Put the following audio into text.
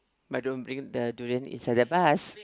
but don't bring the durian inside the bus